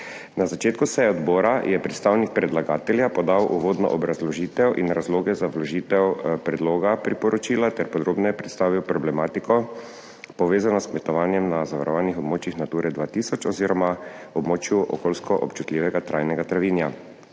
Na začetku seje odbora je predstavnik predlagatelja podal uvodno obrazložitev in razloge za vložitev predloga priporočila ter podrobneje predstavil problematiko povezano s kmetovanjem na zavarovanih območjih Nature 2000 oziroma območju okoljsko občutljivega trajnega travinja.